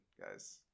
guys